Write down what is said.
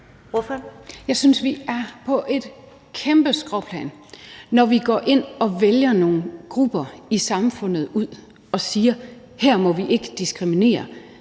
Jeg synes, vi er på et kæmpe skråplan, når vi går ind og vælger nogle grupper i samfundet ud og siger, at her må man ikke diskriminere,